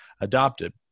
adopted